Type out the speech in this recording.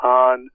on